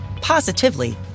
positively